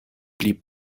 blieb